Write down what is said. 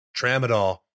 tramadol